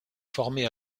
formé